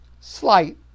Slight